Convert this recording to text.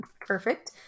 Perfect